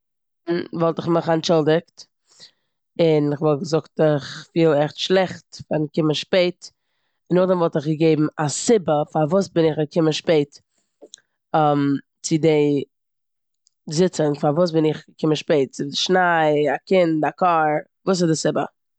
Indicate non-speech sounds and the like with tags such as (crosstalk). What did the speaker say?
(unintelligible) וואלט איך מיך אנטשולדיגט און כ'וואלט געזאגט איך פיל עכט שלעכט אז איך בין געקומען שפעט. נאכדעם וואלט איך געגעבן א סיבה פארוואס בין איך געקומען שפעט צו די זיצונג, פארוואס בין איך געקומען שפעט. א שניי, א קינד, א קאר, וואס איז די סיבה.